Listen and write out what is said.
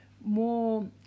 more